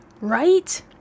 right